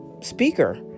speaker